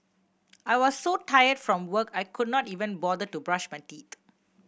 I was so tired from work I could not even bother to brush my teeth